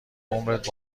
عمرت